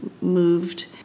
moved